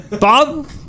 Bob